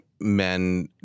men